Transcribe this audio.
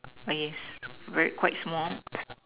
okay re quite small